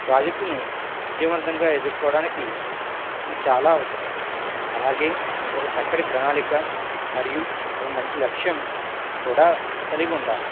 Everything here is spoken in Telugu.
ప్రాజెక్టును విజయవంతంగా ఎదురుకోవడానికి ఇది చాలా అవసరం అలాగే ఒక చక్కటి ప్రణాళిక మరియు ఒక మంచి లక్ష్యం కూడా కలిగి ఉండాలి